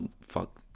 fuck